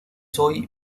hoy